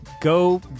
Go